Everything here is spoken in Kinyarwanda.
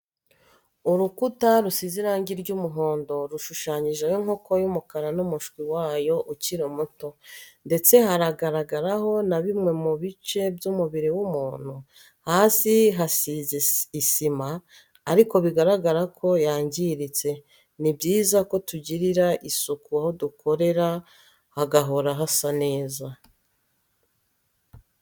Urukuta rusize irangi ry'umuhondo rushushanyijeho inkoko y'umukara n'umushwi wayo ukiri muto, ndetse hagaragaraho na bimwe mu bice by'umubiri w'umuntu, hasi hasize isima ariko bigaragara ko yangiritse, ni byiza ko tugirira isuku aho dukorera hagahora hasa neza